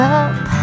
up